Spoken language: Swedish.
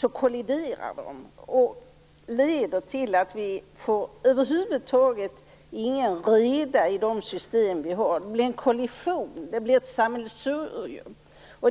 kolliderar och leder till att vi över huvud taget inte får någon reda i de system vi har. Det blir en kollision och ett sammelsurium.